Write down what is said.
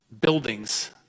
buildings